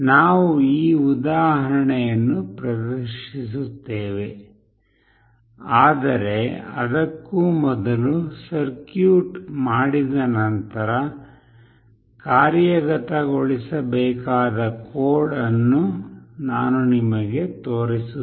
ನಾವು ಈ ಉದಾಹರಣೆಯನ್ನು ಪ್ರದರ್ಶಿಸುತ್ತೇವೆ ಆದರೆ ಅದಕ್ಕೂ ಮೊದಲು ಸರ್ಕ್ಯೂಟ್ ಮಾಡಿದ ನಂತರ ಕಾರ್ಯಗತಗೊಳಿಸಬೇಕಾದ ಕೋಡ್ ಅನ್ನು ನಾನು ನಿಮಗೆ ತೋರಿಸುತ್ತೇನೆ